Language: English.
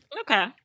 okay